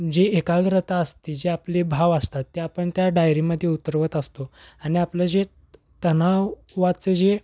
जी एकाग्रता असते जे आपले भाव असतात ते आपण त्या डायरीमध्ये उतरवत असतो आणि आपलं जे तणावाचं जे